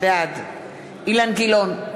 בעד אילן גילאון,